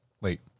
Wait